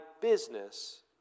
business